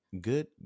good